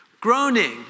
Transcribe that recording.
Groaning